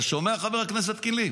אתה שומע, חבר הכנסת קינלי?